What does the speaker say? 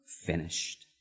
finished